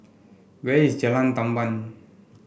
where is Jalan Tamban